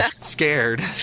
scared